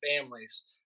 families